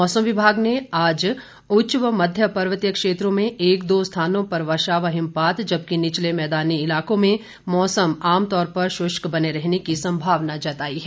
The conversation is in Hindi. मौसम विभाग ने आज उच्च व मध्य पर्वतीय क्षेत्रों में एक दो स्थानों पर वर्षा व हिमपात जबकि निचले मैदानी इलाकों में मौसम आमतौर पर शुष्क रहने की संभावना जताई है